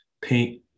paint